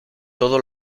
todo